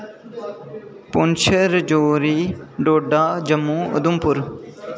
Poonch Rajouri Doda Jammu Udhampur